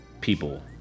people